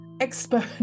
expert